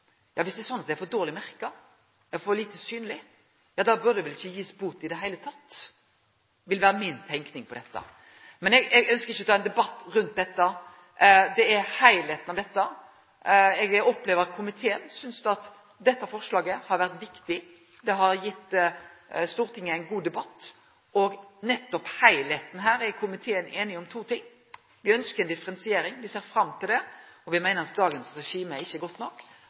er for dårleg merka, for lite synleg, bør ein vel ikkje gi bot i det heile, vil vere mi tenking om dette. Men eg ønskjer ikkje å ta ein debatt rundt dette. Det er heilskapen i dette. Eg opplever at komiteen synest at dette forslaget har vore viktig. Det har gitt Stortinget ein god debatt, og nettopp når det gjeld heilskapen her, er komiteen einig om to ting: Me ønskjer ei differensiering – me ser fram til det – og me meiner at dagens regime ikkje er godt nok.